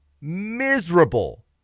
miserable